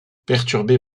perturbé